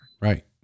Right